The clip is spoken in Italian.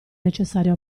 necessario